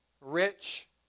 rich